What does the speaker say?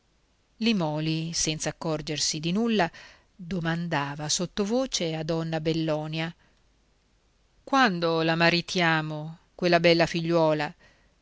casa limòli senza accorgersi di nulla domandava sottovoce a donna bellonia quando la maritiamo quella bella figliuola